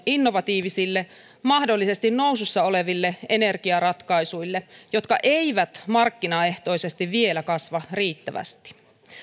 innovatiivisille mahdollisesti nousussa oleville energiaratkaisuille jotka eivät markkinaehtoisesti vielä kasva riittävästi